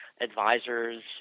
advisors